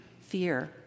Fear